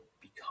become